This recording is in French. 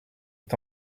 est